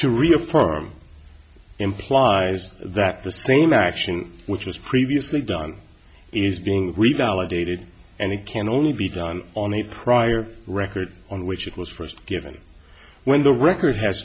to reaffirm implies that the same action which was previously done is being revalidated and it can only be done on a prior record on which it was first given when the record has